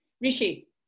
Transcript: Rishi